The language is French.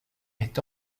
est